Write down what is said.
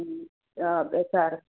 అదే సరే